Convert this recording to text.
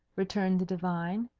returned the divine.